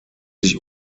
sich